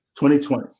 2020